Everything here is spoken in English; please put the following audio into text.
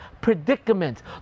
predicament